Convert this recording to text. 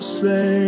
say